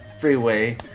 freeway